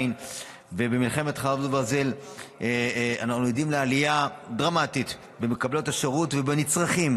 במלחמת חרבות ברזל אנו עדים לעלייה דרמטית במקבלות השירות ובנצרכים.